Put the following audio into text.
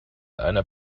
einer